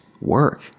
work